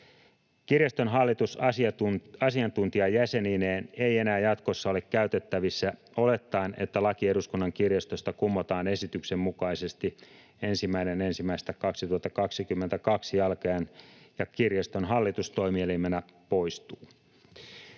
Kirjaston hallitus asiantuntijajäsenineen ei enää jatkossa ole käytettävissä olettaen, että laki Eduskunnan kirjastosta kumotaan esityksen mukaisesti 1.1.2022 alkaen ja kirjaston hallitus toimielimenä poistuu.